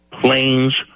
planes